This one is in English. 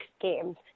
Games